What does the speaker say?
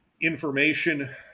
information